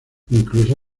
incluso